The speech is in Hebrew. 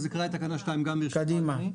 אז אקרא את תקנה 2 גם, ברשותך, אדוני.